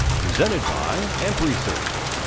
presented by amp research.